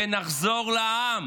ונחזור לעם,